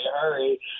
hurry